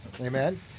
Amen